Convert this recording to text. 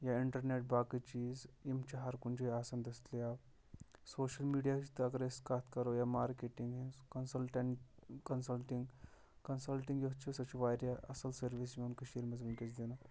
یا اِنٹَرنٮ۪ٹ باقٕے چیٖز یِم چھِ ہَر کُنہِ جاے آسان دٔستیاب سوٚشَل میٖڈیا ہچ تہِ اگر أسۍ کَتھ کَرو یا مارکیٹِنٛگ ہِنٛز کَنسَلٹنٹ کَنسَلٹِنٛگ کَنسَلٹِنٛگ یۄس چھِ سۄ چھِ واریاہ اَصٕل سٔروِس یِوان کٔشیٖرِ منٛز وٕنکٮ۪س دِنہٕ